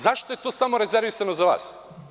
Zašto je to samo rezervisano za vas?